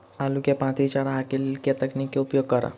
आलु केँ पांति चरावह केँ लेल केँ तकनीक केँ उपयोग करऽ?